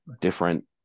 different